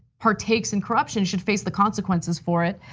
partakes in corruption should face the consequences for it.